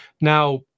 Now